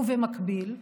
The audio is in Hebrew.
במקביל,